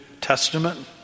Testament